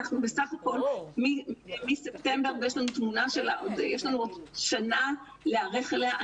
כי אנחנו בסך הכול מספטמבר ויש לנו עוד שנה להיערך אליה.